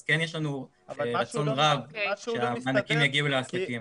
אז כן יש לנו רצון רב שהמענקים יגיעו לעסקים.